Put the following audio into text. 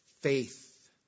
faith